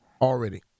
already